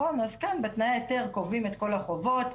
אז בתנאי ההיתר קובעים את כל החובות,